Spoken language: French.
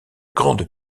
grande